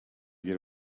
get